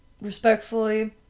respectfully